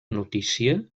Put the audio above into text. notícia